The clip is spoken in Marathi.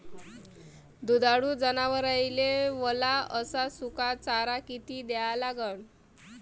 दुधाळू जनावराइले वला अस सुका चारा किती द्या लागन?